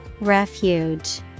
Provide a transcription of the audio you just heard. Refuge